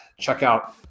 checkout